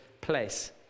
place